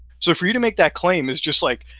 so for you to make that claim is just, like,